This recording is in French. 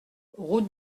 route